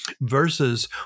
versus